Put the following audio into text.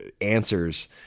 answers